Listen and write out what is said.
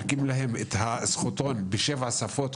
גם הקימו להם את הזכותון בשבע שפות,